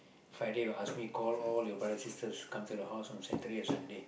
Friday will ask me call all your brothers sisters come to the house on Saturday or Sunday